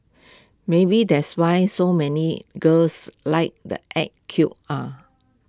maybe that's why so many girls like the act cute ah